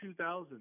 2000